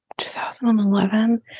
2011